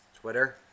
Twitter